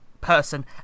person